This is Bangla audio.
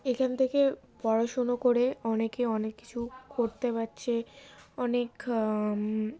এখান থেকে পড়াশুনো করে অনেকে অনেক কিছু করতে পারছে অনেক